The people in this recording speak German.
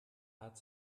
hat